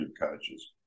coaches